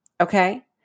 Okay